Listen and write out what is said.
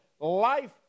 life